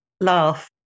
laugh